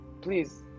please